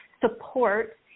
support